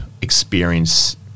experience